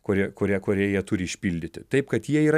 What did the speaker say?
kuri kurią kurią jie turi išpildyti taip kad jie yra